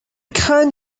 kind